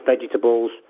vegetables